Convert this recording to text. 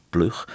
Plug